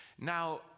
Now